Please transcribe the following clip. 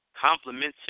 complementary